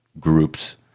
groups